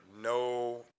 no